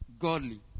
godly